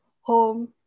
home